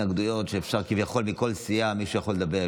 התנגדויות, ומכל סיעה מישהו יכול לדבר.